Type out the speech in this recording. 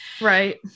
Right